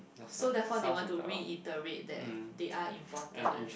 so therefore they want to reiterate that they are important